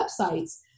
websites